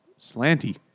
slanty